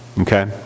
Okay